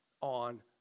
on